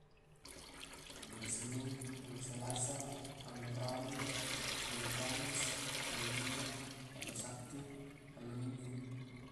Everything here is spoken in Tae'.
Alo Senin, alo selasa, alo rabu, alo kamis, alo jumat, alo sabtu, alo minggu.